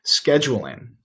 scheduling